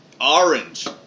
Orange